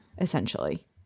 Essentially